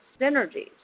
synergies